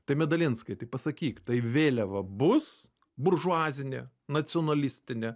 tai medalinskai tai pasakyk tai vėliava bus buržuazinė nacionalistinė